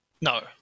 No